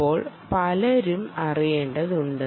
ഇപ്പോൾ പലതും അറിയേണ്ടതുണ്ട്